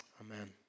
amen